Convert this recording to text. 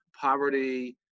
Poverty